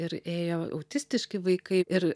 ir ėjo autistiški vaikai ir